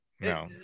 No